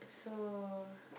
so